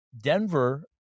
Denver